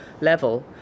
level